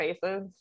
faces